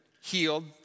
healed